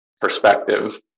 perspective